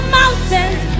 mountains